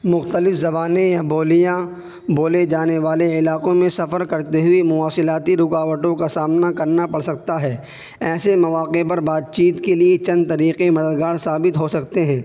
مختلف زبانیں یا بولیاں بولے جانے والے علاقوں میں سفر کرتے ہوئے موصلاتی رکاوٹوں کا سامنا کرنا پڑ سکتا ہے ایسے مواقع پر بات چیت کے لیے چند طریقے مددگار ثابت ہو سکتے ہیں